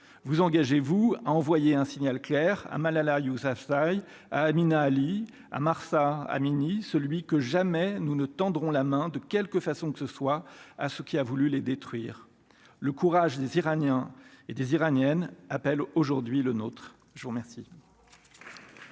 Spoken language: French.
vous engagez-vous à envoyer un signal clair à Malala Yousafzaï à Amina Ali à Marsa à mini celui que jamais nous ne tendrons la main de quelque façon que ce soit à ce qu'il a voulu les détruire le courage des Iraniens et des Iraniennes appelle aujourd'hui le nôtre, je vous remercie.